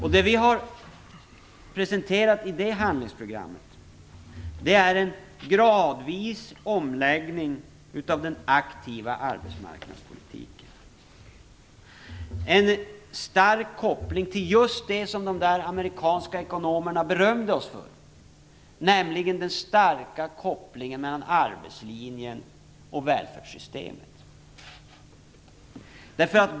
Vad vi har presenterat i det handlingsprogrammet är en gradvis omläggning av den aktiva arbetsmarknadspolitiken, en stark koppling till just det som de amerikanska ekonomerna berömde oss för: den starka kopplingen mellan arbetslinjen och välfärdssystemet.